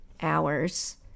hours